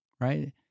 right